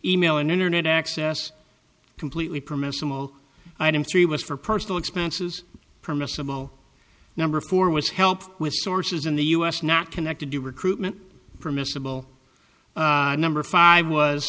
e mail and internet access completely permissible item three was for personal expenses permissible number four was help with sources in the us not connected to recruitment permissable number five was